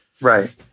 Right